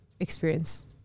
experience